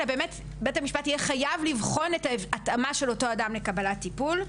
אלא בית המשפט יהיה חייב לבחון את התאמתם לקבלת טיפול.